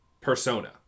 persona